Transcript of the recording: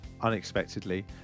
unexpectedly